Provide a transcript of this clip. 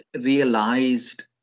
realized